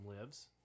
lives